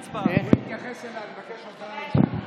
הוא התייחס אליי, אני מבקש הודעה אישית.